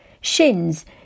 Shin's